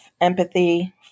empathy